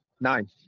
Nine